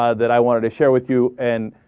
ah that i wanted to share with you and